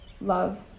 love